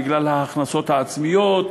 בגלל ההכנסות העצמיות,